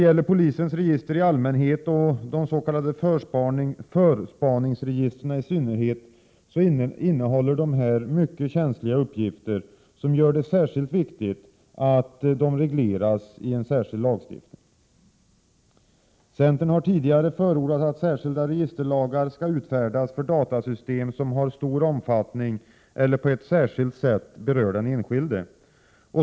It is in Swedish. Dessa register i allmänhet och de s.k. förspaningsregistren i synnerhet innehåller mycket känsliga uppgifter, vilket gör det speciellt viktigt att de regleras i en särskild lagstiftning. Centern har tidigare förordat att särskilda registerlagar skall utfärdas för datasystem som har stor omfattning eller på ett särskilt sätt berör den enskilde.